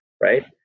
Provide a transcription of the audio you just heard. right